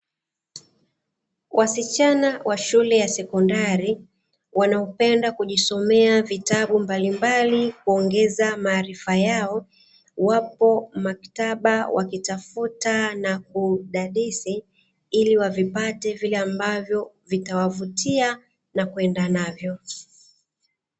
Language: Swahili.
Wasichana wa shule ya sekondari wanaopenda kujisomea vitabu mbalimbali kuongeza maarifa yao, wapo maktaba wakitafuta na kudadisi, ili wavipate vile ambavyo vitawavutia na kuenda navyo.